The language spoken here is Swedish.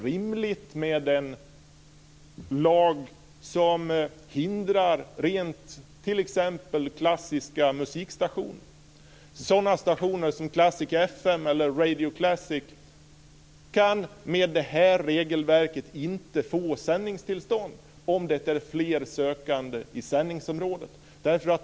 Radio Classic kan med det här regelverket inte få sändningstillstånd om det finns fler sökande i sändningsområdet.